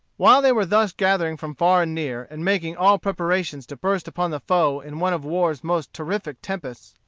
while they were thus gathering from far and near, and making all preparations to burst upon the foe in one of war's most terrific tempests,